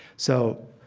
so,